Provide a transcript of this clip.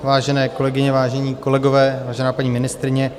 Vážené kolegyně, vážení kolegové, vážená paní ministryně.